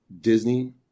Disney